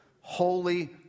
Holy